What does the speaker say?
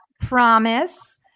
promise